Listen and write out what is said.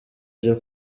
byo